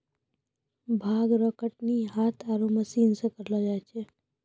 भांग रो कटनी हाथ आरु मशीन से करलो जाय छै